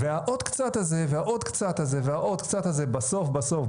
והעוד קצת הזה והעוד קצת הזה והעוד קצת הזה בסוף-בסוף-בסוף,